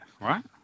right